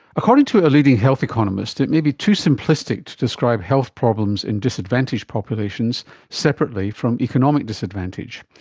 according to a leading health economist, it may be too simplistic to describe health problems in disadvantaged populations separately from economic disadvantage.